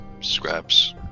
scraps